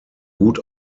gut